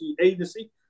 Agency